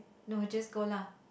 no just go lah